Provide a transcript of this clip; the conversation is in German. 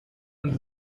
und